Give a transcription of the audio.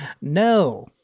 no